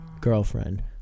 girlfriend